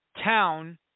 town